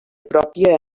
pròpia